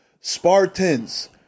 Spartans